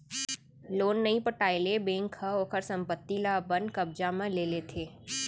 loan नइ पटाए ले बेंक ह ओखर संपत्ति ल अपन कब्जा म ले लेथे